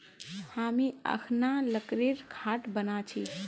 हामी अखना लकड़ीर खाट बना छि